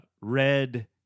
red